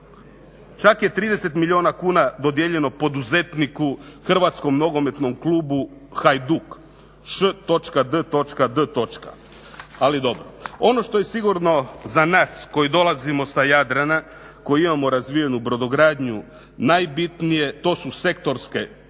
čak je 30 milijuna kuna dodijeljeno poduzetniku Hrvatskom nogometnom klubu Hajduk, š.d.d. ali dobro. Ono što je sigurno za nas koji dolazimo sa Jadrana, koji imamo razvijenu brodogradnju, najbitnije to su sektorske potpore